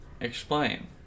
Explain